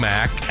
Mac